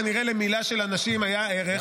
כנראה, למילה של אנשים היה ערך.